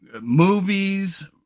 movies